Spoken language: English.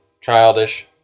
childish